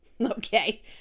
Okay